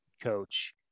coach